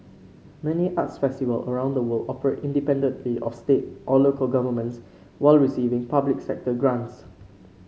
many arts festivals around the world operate independently of state or local governments while receiving public sector grants